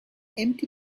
empty